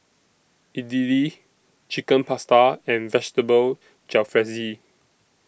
Idili Chicken Pasta and Vegetable Jalfrezi